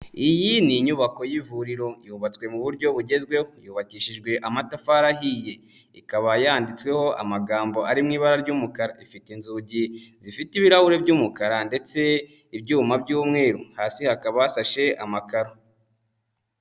Iyi ni inyubako y'ivuriro yubatswe mu buryo bugezweho, yubakishijwe amatafari ahiye. Ikaba yanditsweho amagambo ari mu ibara ry'umukara. Ifite inzugi zifite ibirahuri by'umukara ndetse ibyuma by'umweru. Hasi hakaba hashashe amakaro.